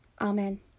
amen